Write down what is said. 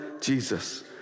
Jesus